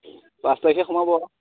পাঁচ তাৰিখে সোমাব